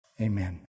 Amen